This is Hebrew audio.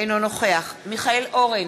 אינו נוכח מיכאל אורן,